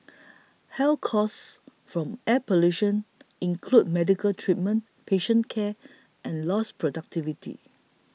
health costs from air pollution include medical treatment patient care and lost productivity